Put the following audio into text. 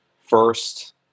first